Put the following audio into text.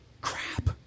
Crap